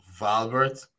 valbert